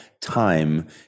time